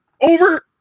over